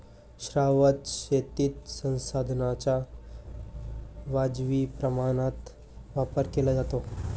शाश्वत शेतीत संसाधनांचा वाजवी प्रमाणात वापर केला जातो